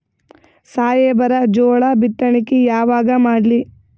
ಸಾಹೇಬರ ಜೋಳ ಬಿತ್ತಣಿಕಿ ಯಾವಾಗ ಮಾಡ್ಲಿ?